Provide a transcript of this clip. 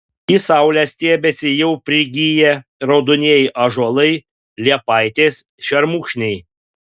į saulę stiebiasi jau prigiję raudonieji ąžuolai liepaitės šermukšniai